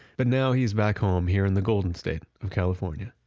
but now he's back home here in the golden state of california